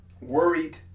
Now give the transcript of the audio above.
worried